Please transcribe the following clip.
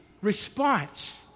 response